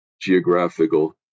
geographical